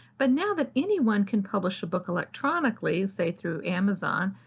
but now that anyone can publish a book electronically, say through amazon,